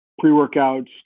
pre-workouts